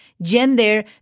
Gender